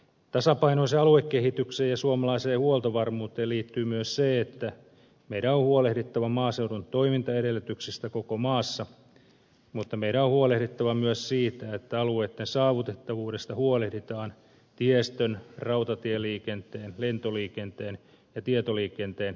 tasapainoiseen aluekehitykseen ja suomalaiseen huoltovarmuuteen liittyy myös se että meidän on huolehdittava maaseudun toimintaedellytyksistä koko maassa mutta meidän on huolehdittava myös siitä että alueitten saavutettavuudesta huolehditaan tiestön rautatieliikenteen lentoliikenteen ja tietoliikenteen osalta